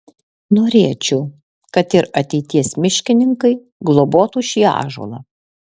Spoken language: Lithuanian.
norėčiau kad ir ateities miškininkai globotų šį ąžuolą